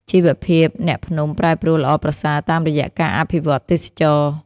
ជីវភាពអ្នកភ្នំប្រែប្រួលល្អប្រសើរតាមរយៈការអភិវឌ្ឍទេសចរណ៍។